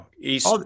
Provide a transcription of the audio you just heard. East